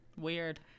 Weird